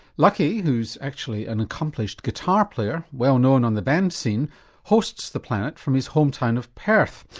lucky who's actually an accomplished guitar player, well known on the band scene hosts the planet from his home town of perth,